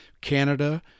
Canada